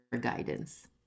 guidance